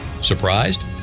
Surprised